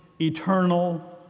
eternal